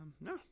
no